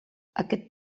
aquest